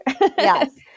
Yes